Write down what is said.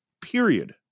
Period